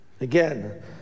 Again